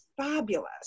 fabulous